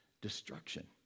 destruction